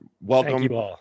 Welcome